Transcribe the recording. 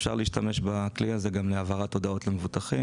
שאפשר להשתמש בכלי הזה גם בהעברת הודעות למבוטח,